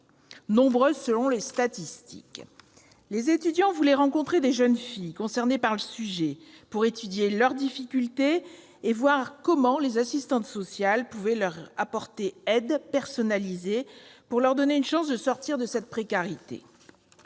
nombreuses selon les statistiques. Les étudiants voulaient rencontrer les jeunes filles concernées afin d'étudier leurs difficultés et voir comment les assistantes sociales pouvaient leur apporter une aide personnalisée et leur donner une chance de sortir de la précarité.